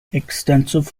extensive